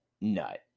nut